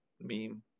meme